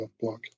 Block